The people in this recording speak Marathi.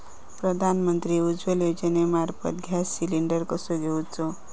प्रधानमंत्री उज्वला योजनेमार्फत गॅस सिलिंडर कसो घेऊचो?